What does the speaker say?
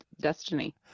destiny